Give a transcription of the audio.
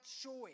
choice